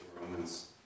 Romans